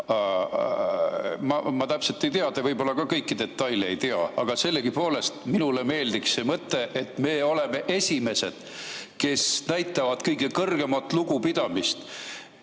[kas see on nii], teie võib-olla ka kõiki detaile ei tea. Aga sellegipoolest minule meeldiks see mõte, et me oleme esimesed, kes näitavad kõige suuremat lugupidamist.